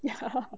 ya